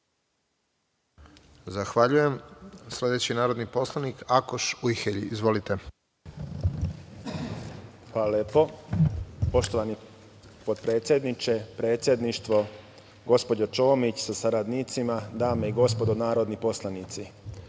Zahvaljujem. Sledeći narodni poslanik Akoš Ujhelji. **Akoš Ujhelji** Hvala lepo, poštovani potpredsedniče, predsedništvo, gospođo Čomić sa saradnicima, dame i gospodo narodni poslanici,